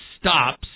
stops